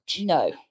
No